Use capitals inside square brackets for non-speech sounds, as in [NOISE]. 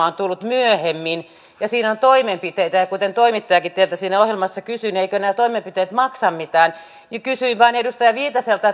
[UNINTELLIGIBLE] on tullut myöhemmin ja siinä on toimenpiteitä niin kuten toimittajakin teiltä siinä ohjelmassa kysyi eivätkö nämä toimenpiteet maksa mitään kysyin vain edustaja viitaselta [UNINTELLIGIBLE]